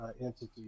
entity